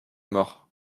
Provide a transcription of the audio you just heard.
mort